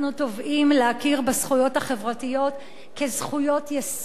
אנחנו תובעים להכיר בזכויות החברתיות כזכויות-יסוד,